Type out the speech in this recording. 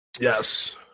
Yes